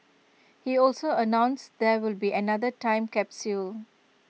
he also announced there will be another time capsule